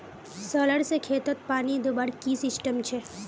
Solar से खेतोत पानी दुबार की सिस्टम छे?